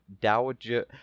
Dowager